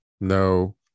no